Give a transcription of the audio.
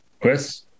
Chris